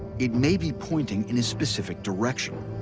it may be pointing in a specific direction,